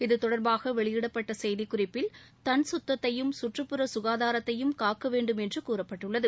இதுதொடர்பாக வெளியிடப்பட்ட செய்திக்குறிப்பில் தன் சுத்தத்தையும் சுற்றுப்புற காதாரத்தையும் காக்க வேண்டும் என்று கூறப்பட்டுள்ளது